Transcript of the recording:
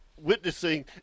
witnessing –